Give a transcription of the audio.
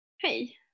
Hey